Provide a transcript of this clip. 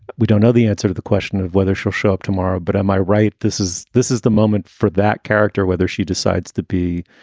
we don't know the answer to the question of whether she'll show up tomorrow. but am i right? this is this is the moment for that character, whether she decides to be,